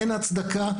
אין הצדקה.